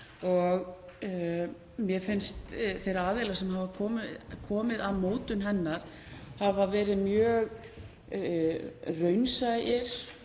og mér finnst þeir aðilar sem hafa komið að mótun hennar hafa verið mjög raunsæir